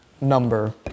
number